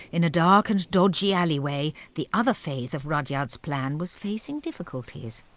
in a dark and dodgy alleyway, the other phase of rudyard's plan was facing difficulties.